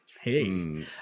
Hey